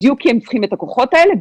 בדיוק, כי הם צריכים את הכוחות האלה.